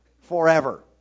forever